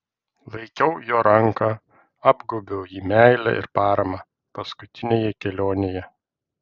laikiau jo ranką apgaubiau jį meile ir parama paskutinėje kelionėje